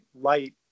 light